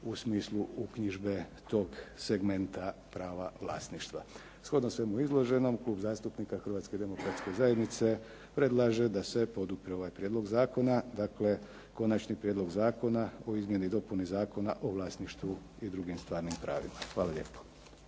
u smislu uknjižbe toga segmenta prava vlasništva. Shodno svemu izloženom Klub zastupnika Hrvatske demokratske zajednice predlaže da se podupre ovaj prijedlog zakona, dakle Konačni prijedlog zakona o izmjeni i dopuni Zakona o vlasništvu i drugim stvarnim pravima. Hvala lijepo.